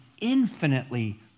infinitely